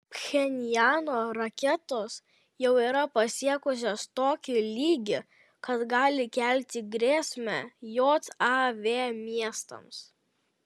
pchenjano raketos jau yra pasiekusios tokį lygį kad gali kelti grėsmę jav miestams